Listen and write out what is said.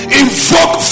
invoke